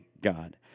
God